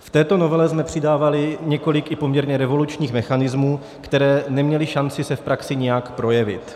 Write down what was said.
V této novele jsme přidávali několik i poměrně revolučních mechanismů, které neměly šanci se v praxi nějak projevit.